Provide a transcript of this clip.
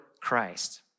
Christ